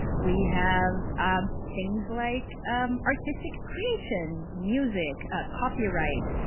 we have things like artistic creation, music, copyright.